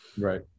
Right